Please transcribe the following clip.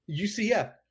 UCF